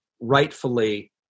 rightfully